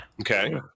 Okay